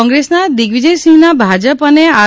કોંગ્રેસના દિગ્વિજય સિંહના ભાજપ અને આર